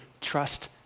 trust